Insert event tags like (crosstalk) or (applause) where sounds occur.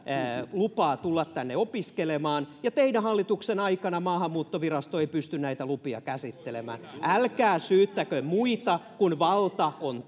lupaa tulla tänne opiskelemaan ja teidän hallituksen aikana maahanmuuttovirasto ei pysty näitä lupia käsittelemään älkää syyttäkö muita kun valta on (unintelligible)